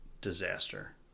disaster